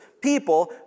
people